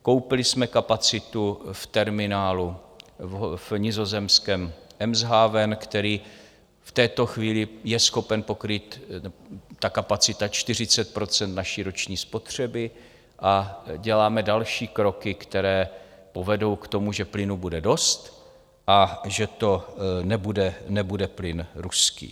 Koupili jsme kapacitu v terminálu v nizozemském Eemshavenu, který v této chvíli je schopen pokrýt ta kapacita 40 % naší roční spotřeby, a děláme další kroky, které povedou k tomu, že plynu bude dost a že to nebude plyn ruský.